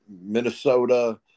Minnesota